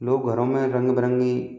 लोग घरों में रंग बिरंगी